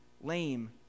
lame